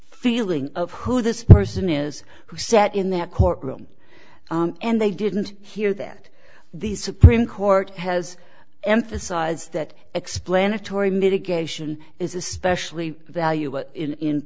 feeling of who this person is who sat in that courtroom and they didn't hear that the supreme court has emphasized that explanatory mitigation is especially valuable in